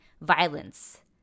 violence